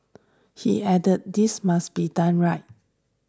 he added this must be done right